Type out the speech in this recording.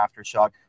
aftershock